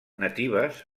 natives